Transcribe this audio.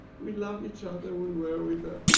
we love each other, we were with the,